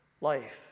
life